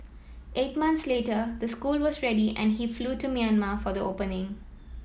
eight months later the school was ready and he flew to Myanmar for the opening